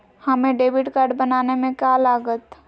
हमें debit card बनाने में का लागत?